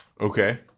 Okay